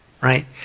right